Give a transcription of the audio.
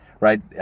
Right